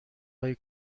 های